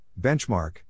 Benchmark